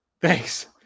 Thanks